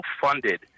funded